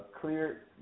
clear